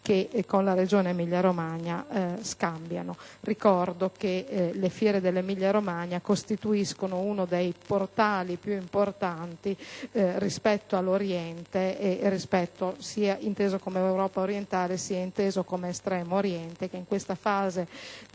che con la Regione Emilia Romagna scambiano. Ricordo che le fiere dell'Emilia-Romagna costituiscono uno dei portali più importanti rispetto all'oriente, inteso sia come Europa orientale che come Estremo Oriente. In questa fase di